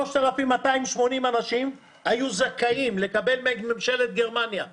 3,280 אנשים היו זכאים לקבל מממשלת גרמניה כסף,